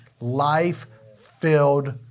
life-filled